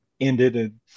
ended